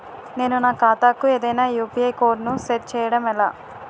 నేను నా ఖాతా కు ఏదైనా యు.పి.ఐ కోడ్ ను సెట్ చేయడం ఎలా?